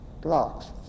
blocks